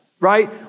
Right